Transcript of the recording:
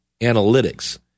analytics